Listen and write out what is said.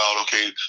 okay